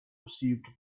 received